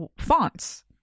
fonts